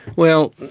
well,